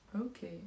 Okay